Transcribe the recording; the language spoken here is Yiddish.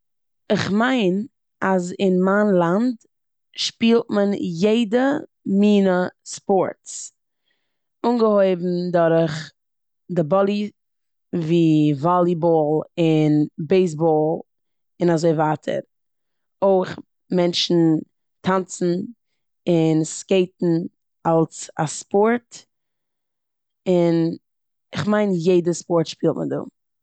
כ'מיין אז אין מיין לאנד שפילט מען יעדע מינע ספארטס, אנגעהויבן דורך די באלי ווי וואליבאל און בעיסבאל, און אזוי ווייטער. אויך מענטשן טאנצן און סקעיטן אלס א ספארט און כ'מיין יעדע ספארט שפילט מען דא.